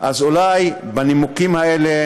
אז אולי בנימוקים האלה,